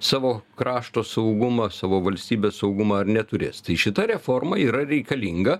savo krašto saugumą savo valstybės saugumą ar neturės tai šita reforma yra reikalinga